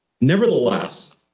Nevertheless